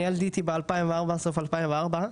אני עליתי בסוף 2004,